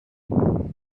gran